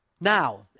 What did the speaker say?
Now